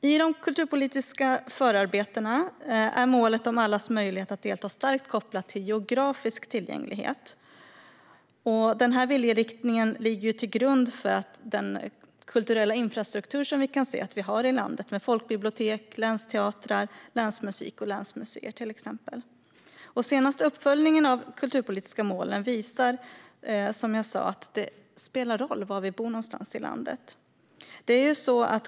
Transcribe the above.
I de kulturpolitiska förarbetena är målet om allas möjlighet att delta starkt kopplat till geografisk tillgänglighet. Denna viljeinriktning ligger till grund för den kulturella infrastruktur som vi kan se att vi har i landet med folkbibliotek, länsteatrar, länsmusik och länsmuseer. Den senaste uppföljningen av de kulturpolitiska målen visar, som jag sa, att det spelar roll var någonstans i landet vi bor.